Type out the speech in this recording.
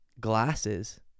glasses